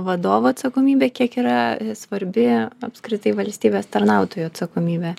vadovų atsakomybė kiek yra svarbi apskritai valstybės tarnautojų atsakomybė